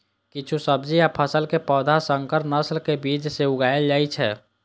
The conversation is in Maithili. किछु सब्जी आ फसल के पौधा संकर नस्ल के बीज सं उगाएल जाइ छै